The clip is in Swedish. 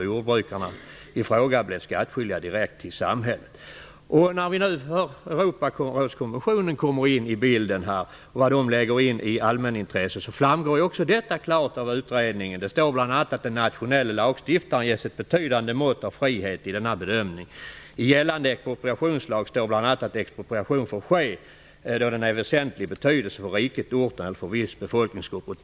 Då blev jordbrukarna i fråga direkt skattskyldiga till samhället. Nu kommer Europarådskonventionen in i bilden. Med tanke på vad som där läggs in i allmänintresse framstår också följande klart för utredningen: Det står bl.a. att den nationelle lagstiftaren ges ett betydande mått av frihet i denna bedömning. I gällande expropriationslag står bl.a. att expropriation får ske då den är av väsentlig betydelse för riket och ofta för en viss befolkningsgrupp.